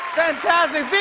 fantastic